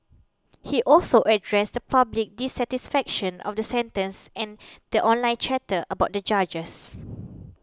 he also addressed the public dissatisfaction of the sentences and the online chatter about the judges